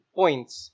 points